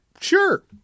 Sure